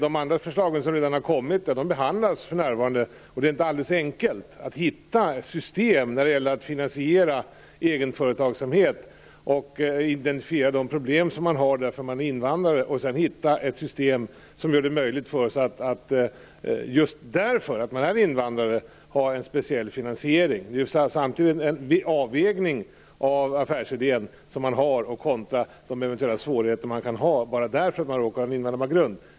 De förslag som redan har kommit behandlas för närvarande. Det är inte alldeles enkelt att hitta ett system för att finansiera egenföretagsamhet och identifiera de problem som uppkommer för att man är invandrare. Det är svårt att hitta ett system som möjliggör en speciell finansiering för just invandrare. Detta är samtidigt en avvägning av affärsidén kontra de eventuella svårigheter man kan ha för att man råkar ha invandrarbakgrund.